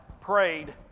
prayed